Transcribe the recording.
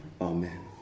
Amen